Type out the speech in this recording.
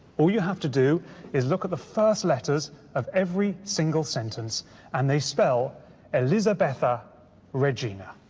all you have to do is look at the first letters of every single sentence and they spell elisabetha regina,